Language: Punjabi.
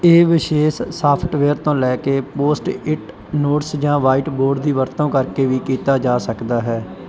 ਇਹ ਵਿਸ਼ੇਸ਼ ਸਾਫਟਵੇਅਰ ਤੋਂ ਲੈ ਕੇ ਪੋਸਟ ਇਟ ਨੋਟਸ ਜਾਂ ਵ੍ਹਾਈਟ ਬੋਰਡ ਦੀ ਵਰਤੋਂ ਕਰਕੇ ਵੀ ਕੀਤਾ ਜਾ ਸਕਦਾ ਹੈ